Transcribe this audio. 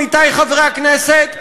עמיתי חברי הכנסת,